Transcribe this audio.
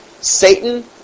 Satan